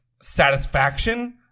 satisfaction